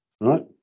right